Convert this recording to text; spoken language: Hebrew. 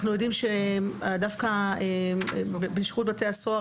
אנחנו יודעים שדווקא בשירות בתי הסוהר